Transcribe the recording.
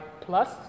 plus